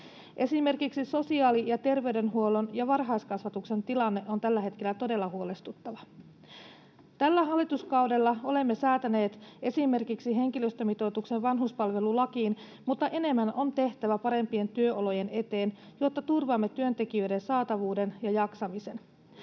Esimerkiksi sosiaali- ja terveydenhuollon ja varhaiskasvatuksen tilanne on tällä hetkellä todella huolestuttava. Tällä hallituskaudella olemme säätäneet esimerkiksi henkilöstömitoituksen vanhuspalvelulakiin, mutta enemmän on tehtävä parempien työolojen eteen, jotta turvaamme työntekijöiden saatavuuden ja jaksamisen.